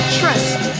trust